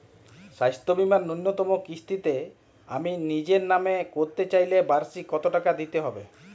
স্বাস্থ্য বীমার ন্যুনতম কিস্তিতে আমি নিজের নামে করতে চাইলে বার্ষিক কত টাকা দিতে হবে?